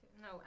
No